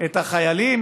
את החיילים,